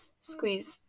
squeeze